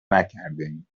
نکردهایم